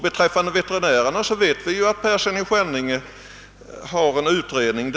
Beträffande veterinärerna vet vi att herr Persson i Skänninge gör en utredning.